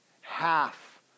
half